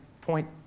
point